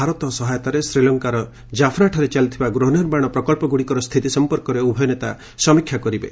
ଭାରତ ସହାୟତାରେ ଶ୍ରୀଲଙ୍କାର ଜାଫନାଠାରେ ଚାଲିଥିବା ଗୃହନିର୍ମାଣ ପ୍ରକଳ୍ପଗୁଡ଼ିକର ସ୍ଥିତି ସଫପର୍କରେ ଉଭୟ ନେତା ସମୀକ୍ଷା କରିବେ